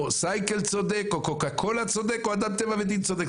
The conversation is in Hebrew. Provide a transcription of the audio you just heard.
סייקל צודק או קוקה קולה צודק או אדם טבע ודין צודק.